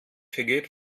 vergeht